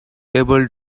able